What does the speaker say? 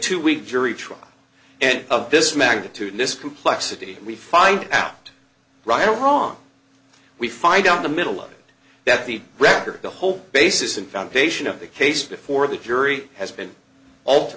two week jury trial and of this magnitude in this complexity we find out right or wrong we find out in the middle of it that the record the whole basis and foundation of the case before the jury has been al